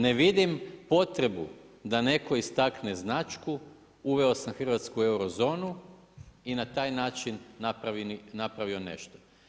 Ne vidim potrebu da netko istakne značku, uveo sam Hrvatsku u euro zonu i na taj način napravio nešto.